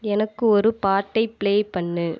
எனக்கு ஒரு பாட்டை ப்ளே பண்ணு